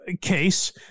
case